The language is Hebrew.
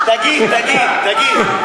תגיד, תגיד, תגיד.